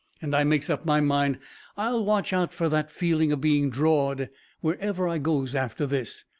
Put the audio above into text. and i makes up my mind i will watch out fur that feeling of being drawed wherever i goes after this.